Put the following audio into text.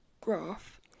graph